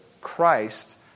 Christ